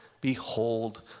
Behold